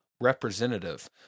representative